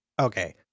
Okay